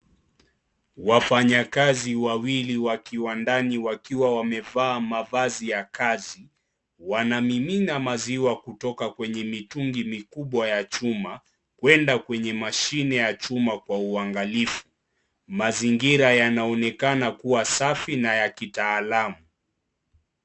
Wafanya kazi wawili wakiwa ndani wakiwa wamevaa mavazi ya kazi, wanamimina maziwa kutoka kwenye mitungi mikubwa ya chuma kuenda kwenye mashine ya chuma kwa uangalifu, mazingira yanaonekana kuwa safi na ya kitaalam.